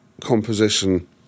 composition